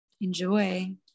enjoy